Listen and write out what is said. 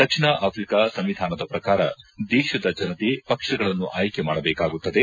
ದಕ್ಷಿಣ Africa ಸಂವಿಧಾನದ ಪ್ರಕಾರ ದೇಶದ ಜನತೆ ಪಕ್ಷಗಳನ್ನು ಆಯ್ಕೆ ಮಾಡಬೇಕಾಗುತ್ತದೆ